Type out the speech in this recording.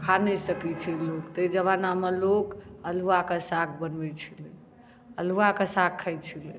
खा नहि सकै छै लोक ताहि जमानामे लोक अल्हुआके साग बनबैत छलै अल्हुआके साग खाइत छलै